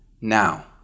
now